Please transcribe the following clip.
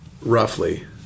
roughly